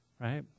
right